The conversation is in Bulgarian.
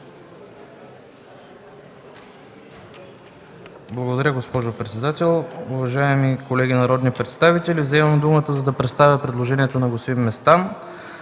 Благодаря, госпожо председател. Уважаеми колеги народни представители, взимам думата, за да представя предложението на господин Местан.